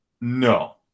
No